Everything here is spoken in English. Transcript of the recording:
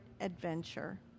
adventure